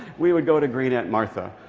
we would go to great aunt martha,